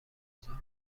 آزار